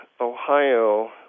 Ohio